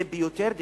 זה ביותר דמוקרטיה,